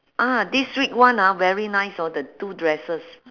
ah this week one ah very nice know the two dresses